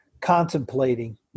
contemplating